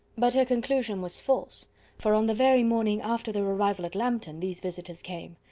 but her conclusion was false for on the very morning after their arrival at lambton, these visitors came.